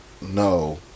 No